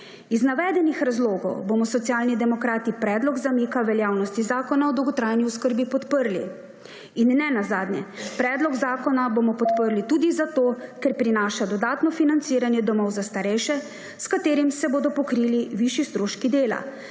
Iz navedenih razlogov bomo Socialni demokrati predlog zamika veljavnosti zakona o dolgotrajni oskrbi podprli. In nenazadnje – predlog zakona bomo podprli tudi zato, ker prinaša dodatno financiranje domov za starejše, s katerim se bodo pokrili višji stroški dela,